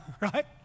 right